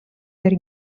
per